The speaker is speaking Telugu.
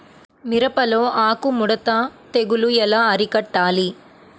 మిరపలో ఆకు ముడత తెగులు ఎలా అరికట్టాలి?